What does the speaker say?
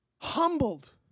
humbled